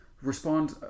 respond